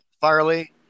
Farley